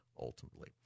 ultimately